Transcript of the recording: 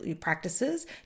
practices